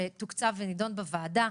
שתוקצב ונידון בוועדה,